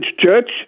church